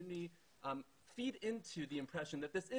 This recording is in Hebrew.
גם צריכה להבין את החשיבות של מה שאתה